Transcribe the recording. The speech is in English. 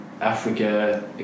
Africa